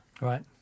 Right